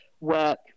work